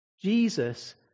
Jesus